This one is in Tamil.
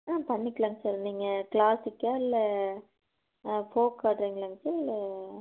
ஆ பண்ணிக்கிலாங்க சார் நீங்கள் க்ளாசிக்காக இல்லை ஃபோக் ஆட்றிங்ளாங்க சார் இல்லை